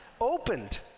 opened